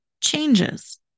changes